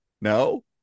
No